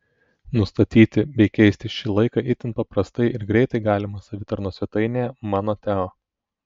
nustatyti bei keisti šį laiką itin paprastai ir greitai galima savitarnos svetainėje mano teo